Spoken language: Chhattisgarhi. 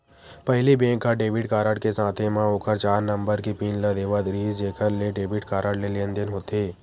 पहिली बेंक ह डेबिट कारड के साथे म ओखर चार नंबर के पिन ल देवत रिहिस जेखर ले डेबिट कारड ले लेनदेन होथे